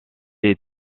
est